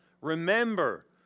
remember